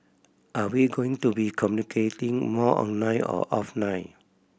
are we going to be communicating more online or offline